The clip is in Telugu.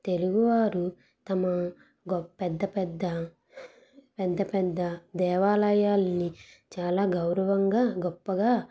తెలుగువారు తమ గొప్ పెద్ద పెద్ద పెద్ద పెద్ద దేవాలయాలని చాలా గౌరవంగా గొప్పగా